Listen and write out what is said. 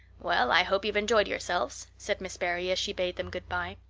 well, i hope you've enjoyed yourselves, said miss barry, as she bade them good-bye.